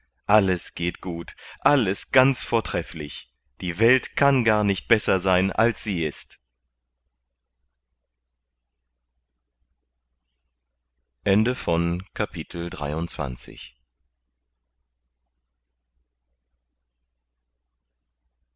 alles geht gut alles ganz vortrefflich die welt kann gar nicht besser sein als sie ist